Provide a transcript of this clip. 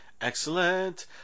excellent